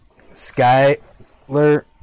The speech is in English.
skyler